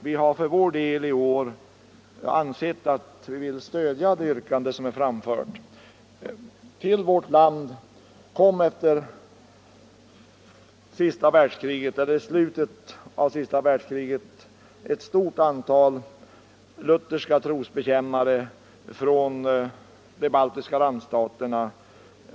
Vi har för vår del ansett oss vilja stödja yrkandet som är framfört. Till vårt land kom i slutet av det senaste världskriget ett stort antal lutherska trosbekännare från de baltiska staterna.